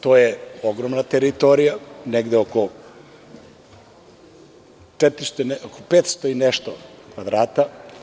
To je ogromna teritorija, negde oko 500 i nešto kvadrata.